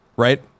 right